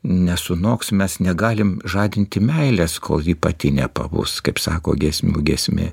nesunoks mes negalim žadinti meilės kol ji pati nepavus kaip sako giesmių giesmė